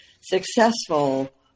successful